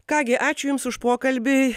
ką gi ačiū jums už pokalbį